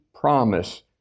promise